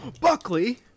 Buckley